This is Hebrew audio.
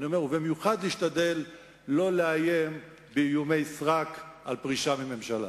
ובמיוחד להשתדל לא לאיים איומי סרק של פרישה מממשלה.